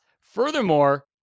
Furthermore